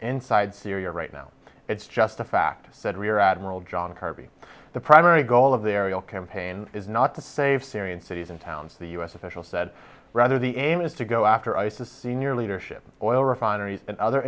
inside syria right now it's just a fact said rear admiral john kirby the primary goal of the aerial campaign is not to save syrian cities and towns the u s official said rather the aim is to go after isis senior leadership oil refineries and other